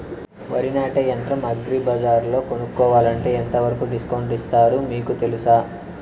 వరి నాటే యంత్రం అగ్రి బజార్లో కొనుక్కోవాలంటే ఎంతవరకు డిస్కౌంట్ ఇస్తారు మీకు తెలుసా?